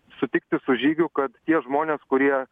sutikti su žygiu kad tie žmonės kurie